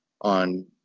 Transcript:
on